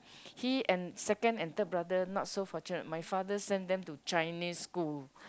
he and second and third brother not so fortunate my father sent them to Chinese school